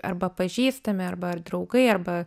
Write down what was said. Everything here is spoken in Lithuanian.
arba pažįstami arba ar draugai arba